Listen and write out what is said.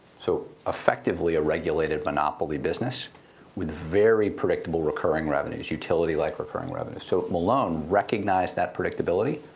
so effectively, a regulated monopoly business with very predictable, recurring revenues. utility like recurring revenues. so malone recognized that predictability.